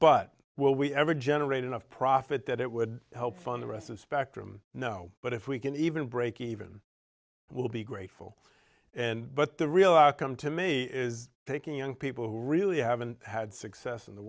but will we ever generate enough profit that it would help fund the rest of spectrum no but if we can even breakeven will be grateful and but the real outcome to me is taking on people who really haven't had success in the